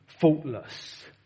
faultless